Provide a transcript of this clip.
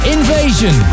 Invasion